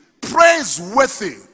praiseworthy